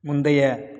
முந்தைய